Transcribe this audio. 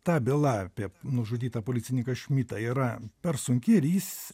ta byla apie nužudytą policininką šmitą yra per sunki ir jis